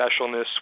specialness